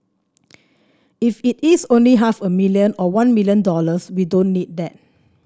if it is only half a million or one million dollars we don't need that